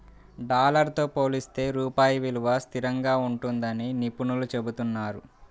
dollar తో పోలిస్తే రూపాయి విలువ స్థిరంగా ఉంటుందని నిపుణులు చెబుతున్నారు